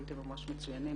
הייתם ממש מצוינים,